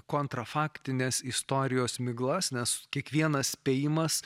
kontrafaktines istorijos miglas nes kiekvienas spėjimas